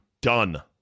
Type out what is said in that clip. done